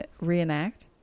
reenact